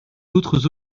d’autres